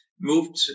moved